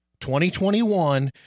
2021